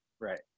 Right